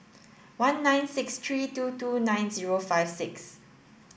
one nine six three two two nine zero five six